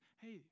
hey